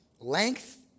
Length